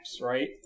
right